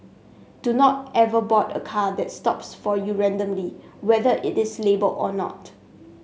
do not ever board a car that stops for you randomly whether it is labelled or not